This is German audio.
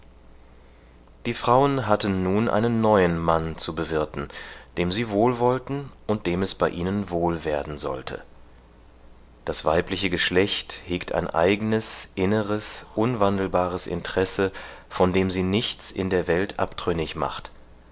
die frauen hatten nun einen neuen mann zu bewirten dem sie wohlwollten und dem es bei ihnen wohl werden sollte das weibliche geschlecht hegt ein eignes inneres unwandelbares interesse von dem sie nichts in der welt abtrünnig macht